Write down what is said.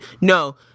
No